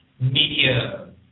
media